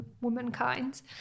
womankind